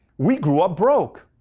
we grew up broke.